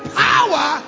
power